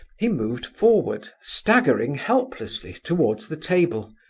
he moved forward, staggering helplessly, towards the table.